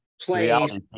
place